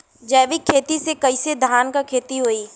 जैविक खेती से कईसे धान क खेती होई?